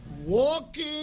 Walking